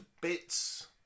bits